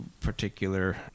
particular